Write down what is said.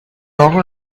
organ